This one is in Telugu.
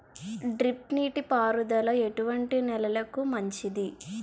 డ్రిప్ నీటి పారుదల ఎటువంటి నెలలకు మంచిది?